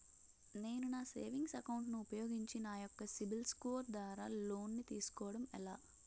నేను నా savings account ను ఉపయోగించి నా యెక్క సిబిల్ స్కోర్ ద్వారా లోన్తీ సుకోవడం ఎలా?